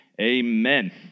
amen